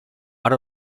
are